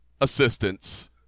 assistance